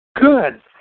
Good